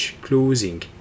closing